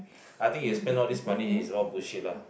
I think you spend all these money is more bullshit lah